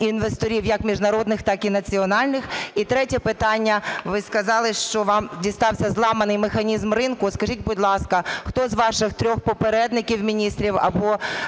інвесторів як міжнародних так і національних? І третє питання. Ви сказали, що вам дістався зламаний механізм ринку. Скажіть, будь ласка, хто з ваших трьох попередників – міністрів або